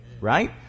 Right